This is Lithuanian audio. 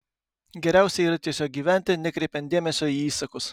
geriausia yra tiesiog gyventi nekreipiant dėmesio į įsakus